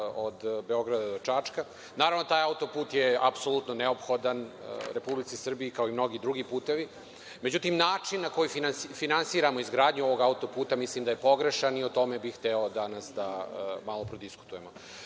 od Beograda do Čačka, naravno, taj autoput je apsolutno neophodan Republici Srbiji, kao i mnogi drugi putevi. Međutim, način na koji finansiramo izgradnju ovog autoputa, mislim, da je pogrešan i o tome bih hteo danas da prodiskutujemo. Znači,